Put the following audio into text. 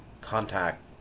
contact